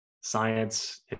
science